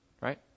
right